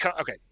okay